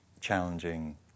challenging